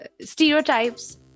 stereotypes